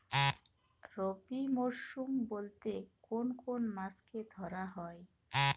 রবি মরশুম বলতে কোন কোন মাসকে ধরা হয়?